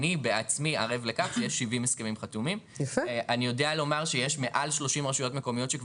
אני בעצמי ערב לכך שישנם כ-70 הסכמים חתומים מול רשויות מקומיות.